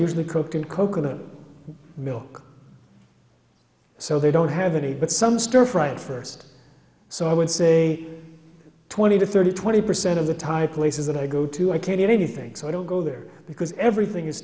usually cooked in coconut milk so they don't have any but some stir fry first so i would say twenty to thirty twenty percent of the thai places that i go to i can't eat anything so i don't go there because everything is